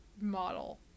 model